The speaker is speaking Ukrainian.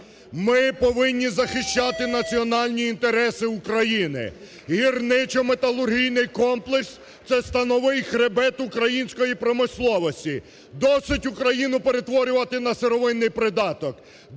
Ми повинні захищати національні інтереси України. Гірничо-металургійний комплекс – це становий хребет української промисловості. Досить Україну перетворювати на сировинний придаток!